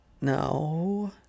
No